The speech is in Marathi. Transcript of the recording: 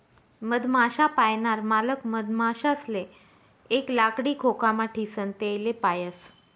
मधमाश्या पायनार मालक मधमाशासले एक लाकडी खोकामा ठीसन तेसले पायस